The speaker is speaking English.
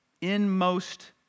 inmost